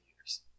years